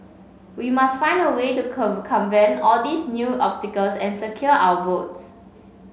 we must find a way to circumvent all these new obstacles and secure our votes